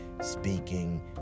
speaking